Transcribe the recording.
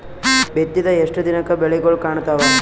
ಬಿತ್ತಿದ ಎಷ್ಟು ದಿನಕ ಬೆಳಿಗೋಳ ಕಾಣತಾವ?